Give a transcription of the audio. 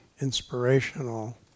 inspirational